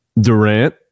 Durant